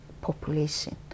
population